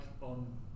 on